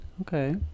Okay